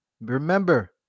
remember